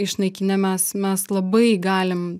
išnaikinę mes mes labai galim